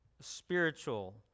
spiritual